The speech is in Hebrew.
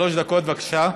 שלוש דקות, בבקשה.